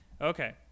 Okay